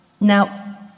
Now